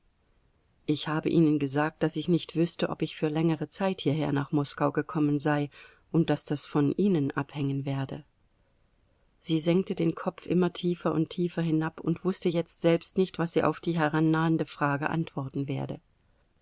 ich habe ihnen gesagt daß ich nicht wüßte ob ich für längere zeit hierher nach moskau gekommen sei und daß das von ihnen abhängen werde sie senkte den kopf immer tiefer und tiefer hinab und wußte jetzt selbst nicht was sie auf die herannahende frage antworten werde